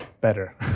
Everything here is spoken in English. better